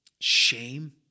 Shame